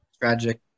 tragic